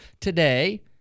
today